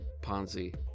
ponzi